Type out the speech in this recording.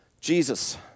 Jesus